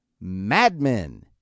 madmen